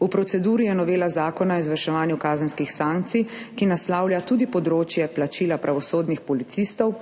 V proceduri je novela Zakona o izvrševanju kazenskih sankcij, ki naslavlja tudi področje plačila pravosodnih policistov,